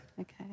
Okay